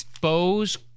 Bose